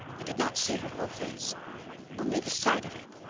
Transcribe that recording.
did not see her whole face only the side of it,